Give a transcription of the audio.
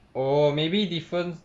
oh maybe different